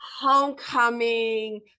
homecoming